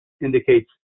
indicates